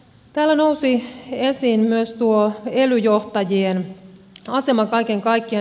täällä nousi esiin myös ely johtajien asema kaiken kaikkiaan